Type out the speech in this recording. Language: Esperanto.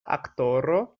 aktoro